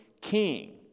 king